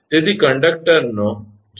તેથી આ કન્ડક્ટરનો ઝાપટ અથવા ડાન્સીંગ છે